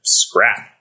scrap